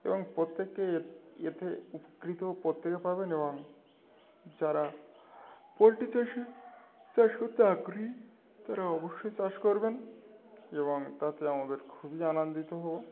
এবং প্রত্যেকে এতে উপকৃত প্রত্যেকে পাবেন এবং যারা পোলট্রি চাষে চাষ করতে আগ্রহী তারা অবশ্যই চাষ করবেন এবং তাতে আমাদের খুবই আনন্দিত হব